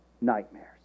nightmares